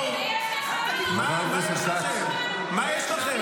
מה יש לכם?